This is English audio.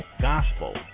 gospel